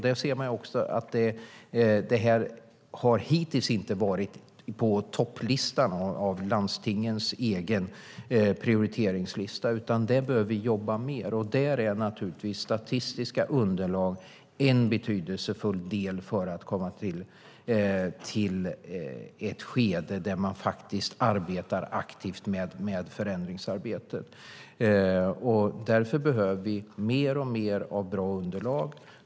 Då ser man att detta hittills inte har varit på topplistan av landstingens egen prioriteringslista, utan detta bör vi jobba mer med. Där är naturligtvis statistiska underlag en betydelsefull del för att komma till ett skede där man faktiskt arbetar aktivt med förändringsarbetet. Därför behöver vi mer och mer av bra underlag.